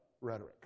rhetoric